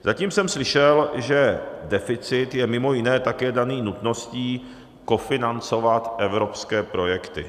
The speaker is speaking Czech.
Zatím jsem slyšel, že deficit je mimo jiné také daný nutností kofinancovat evropské projekty.